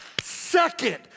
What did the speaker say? second